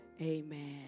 amen